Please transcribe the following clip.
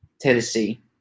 Tennessee